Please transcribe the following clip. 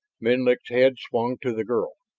menlik's head swung to the girl.